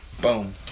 Boom